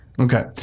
Okay